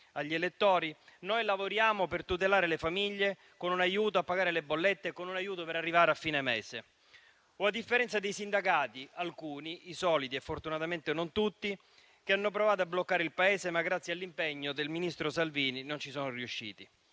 agli elettori), noi lavoriamo per tutelare le famiglie, con un aiuto per pagare le bollette e per arrivare a fine mese. O a differenza dei sindacati, alcuni (i soliti) e fortunatamente non tutti, che hanno provato a bloccare il Paese, ma, grazie all'impegno del ministro Salvini, non ci sono riusciti,